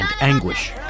anguish